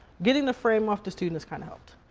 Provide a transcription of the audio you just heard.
getting the frame off the students kinda helped.